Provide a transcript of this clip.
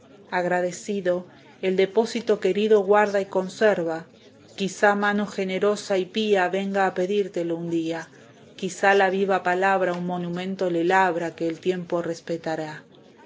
agradecido el depósito querido guarda y conserva quizá mano generosa y pía venga a pedírtelo un día quizá la viva palabra un monumento le labra que el tiempo respetará